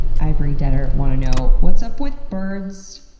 ivory detter, want to know what's up with birds